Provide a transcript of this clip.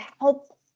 help